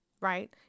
right